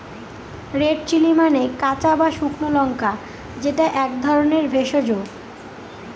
red chilli মানে কাঁচা বা শুকনো লঙ্কা যেটা এক ধরনের ভেষজ